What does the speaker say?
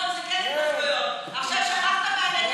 זה מה שאתה הולך לעשות,